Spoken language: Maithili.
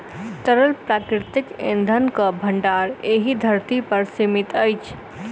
तरल प्राकृतिक इंधनक भंडार एहि धरती पर सीमित अछि